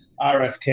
RFK